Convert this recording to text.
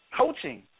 Coaching